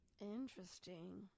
Interesting